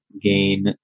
gain